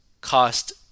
cost